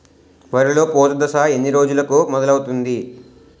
వరిలో పూత దశ ఎన్ని రోజులకు మొదలవుతుంది?